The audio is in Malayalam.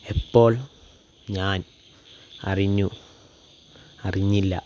എപ്പോൾ ഞാൻ അറിഞ്ഞു അറിഞ്ഞില്ല